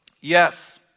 Yes